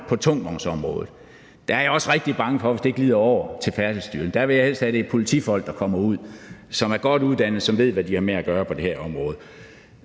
på tungvognsområdet. Der er jeg også rigtig bange, hvis det glider over til Færdselsstyrelsen. Der vil jeg helst have, at det er politifolk, der er godt uddannet og ved, hvad de har med at gøre på det her område,